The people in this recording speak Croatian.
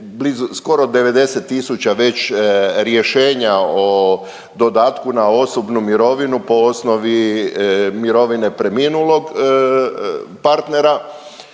skoro 90 tisuća već rješenja o dodatku na osobnu mirovinu po osnovi mirovine preminulog partnera,